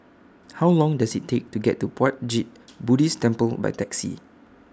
How Long Does IT Take to get to Puat Jit Buddhist Temple By Taxi